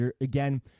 Again